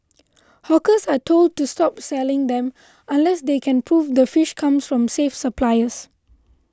hawkers are told to stop selling them unless they can prove the fish comes from safe suppliers